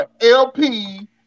LP